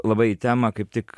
labai į temą kaip tik